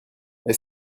est